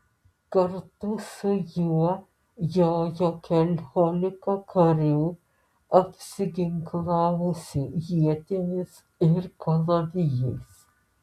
kartu su juo jojo keliolika karių apsiginklavusių ietimis ir kalavijais